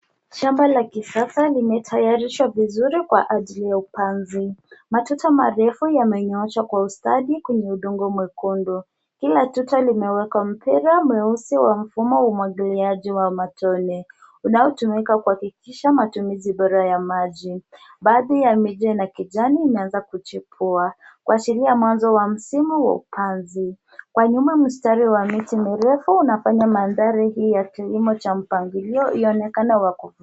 Shamba la kisasa limetayarishwa vizuri kwa ajili ya upanzi. Matuta marefu yamenyooshwa kwa ustadi kwenye udongo mwekundu, kila tuta limewekwa mpira mweusi wa mfumo wa umwagiliaji wa matone unaotumika kuhakikisha matumizi bora ya maji. Baadhi ya miche na kijani imeanza kuchipua kuashilia mwanzo wa msimu wa upanzi. Kwa nyuma mstari wa miti mirefu unafanya mandhari hii ya kilimo cha mpangilio ionekane wakuvutia.